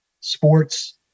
sports